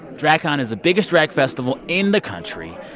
dragcon is the biggest drag festival in the country.